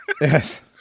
Yes